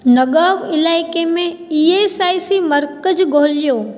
नगाँव इलाइके में E S I C मर्कज़ ॻोल्हियो